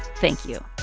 thank you.